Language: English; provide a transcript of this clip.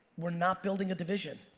we're not building a division.